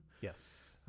yes